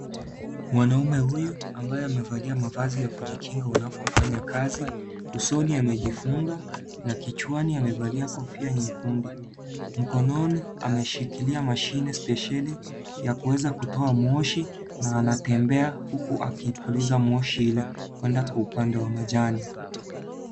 Mwanaume huyu ambaye amevalia mavazi ya kujikinga anapofanya kazi. Usoni amejifunga na kichwani amevalia kofia nyekundu, mkononi ameshikilia mashine spesheli ya kuweza kutoa moshi na anatembe huku akipuliza moshi ile kwenda kwa upande wa majani.